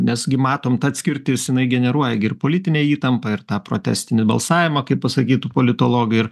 nes gi matom ta atskirtis jinai generuoja gi ir politinę įtampą ir tą protestinį balsavimą kaip pasakytų politologai ir